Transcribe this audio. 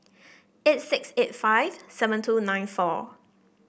eight six eight five seven two nine four